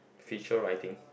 feature writing